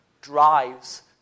drives